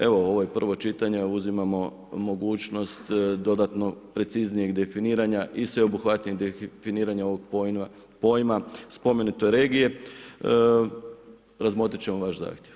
Evo, ovo je prvo čitanje, uzimamo mogućnost, dodatno preciznijeg definiranja i sveobuhvatnijeg definiranja ovog pojma spomenute regije, razmotriti ćemo vaš zahtjev.